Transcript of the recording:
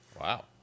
Wow